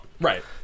Right